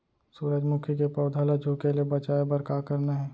सूरजमुखी के पौधा ला झुके ले बचाए बर का करना हे?